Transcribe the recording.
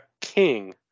King